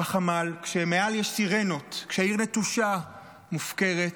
בחמ"ל, כשמעל יש סירנות, כשהעיר נטושה, מופקרת,